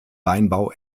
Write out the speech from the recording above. weinbau